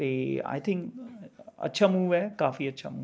ਅਤੇ I think ਅੱਛਾ move ਹੈ ਕਾਫੀ ਅੱਛਾ ਮੂਵ ਹੈ